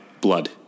blood